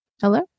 Hello